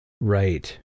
Right